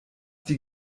die